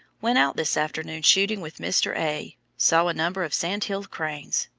went out this afternoon shooting with mr. a. saw a number of sandhill cranes.